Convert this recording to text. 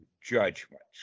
judgments